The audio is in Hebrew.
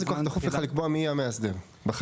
זה כל כך דחוף לך לקבוע מי המאסדר בחקיקה?